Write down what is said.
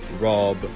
Rob